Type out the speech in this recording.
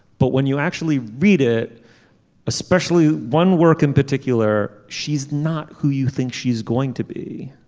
but when you actually read it especially one work in particular she's not who you think she's going to be.